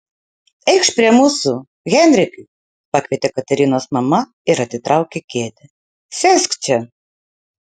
eikš prie mūsų henrikai pakvietė katarinos mama ir atitraukė kėdę sėsk čia